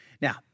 now